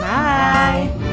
Bye